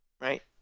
Right